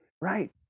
Right